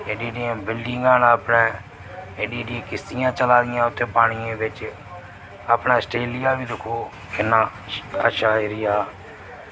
ऐह्डी ऐह्डियां बिल्डिंगां न अपने ऐह्डी ऐह्डियां किश्तियां चला दियां उत्थै पानियै बिच अपना अस्ट्रेलिया बी दिक्खो किन्ना अच्छा एरिया